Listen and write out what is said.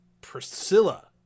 Priscilla